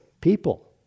people